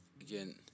again